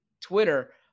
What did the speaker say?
Twitter